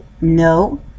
No